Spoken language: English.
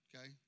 Okay